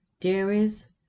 dairies